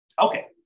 Okay